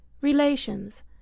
Relations